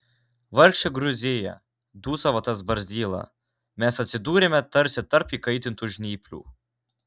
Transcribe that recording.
vargšė gruzija dūsavo tas barzdyla mes atsidūrėme tarsi tarp įkaitintų žnyplių